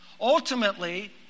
Ultimately